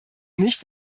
nicht